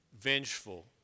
vengeful